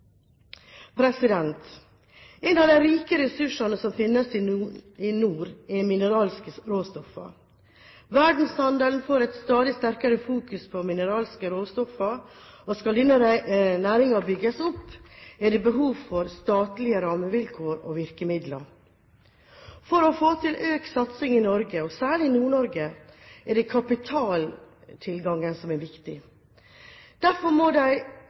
En av de rike ressursene som finnes i nord, er mineralske råstoffer. Verdenshandelen får et stadig sterkere fokus på mineralske råstoffer. Skal denne næringen bygges opp, er det behov for statlige rammevilkår og virkemidler. For å få til økt satsing i Norge, og særlig i Nord-Norge, er kapitaltilgang viktig. Derfor må det iverksettes tiltak og virkemidler som